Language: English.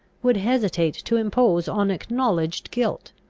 would hesitate to impose on acknowledged guilt.